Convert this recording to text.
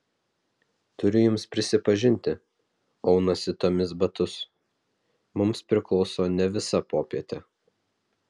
turiu jums prisipažinti aunasi tomis batus mums priklauso ne visa popietė